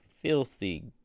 filthy